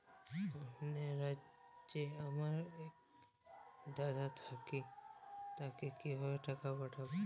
অন্য রাজ্যে আমার এক দাদা থাকে তাকে কিভাবে টাকা পাঠাবো?